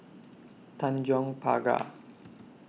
Tanjong Pagar